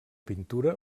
pintura